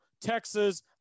Texas